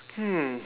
hmm